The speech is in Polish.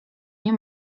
nie